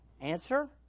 Answer